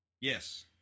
Yes